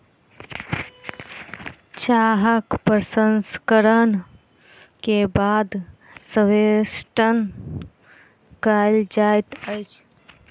चाहक प्रसंस्करण के बाद संवेष्टन कयल जाइत अछि